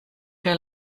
kaj